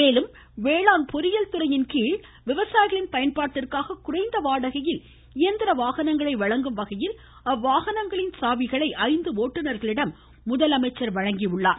மேலும் வேளாண் பொறியியல் துறையின்கீழ் விவசாயிகளின் பயன்பாட்டிற்காக குறைந்த வாடகையில் இயந்திர வாகனங்களை வழங்கும்வகையில் அவ்வாகனங்களின் சாவிகளை ஐந்து ஒட்டுநர்களிடம் முதலமைச்சர் வழங்கி உள்ளார்